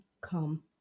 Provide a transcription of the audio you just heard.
come